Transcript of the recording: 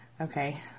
okay